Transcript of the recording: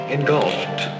Engulfed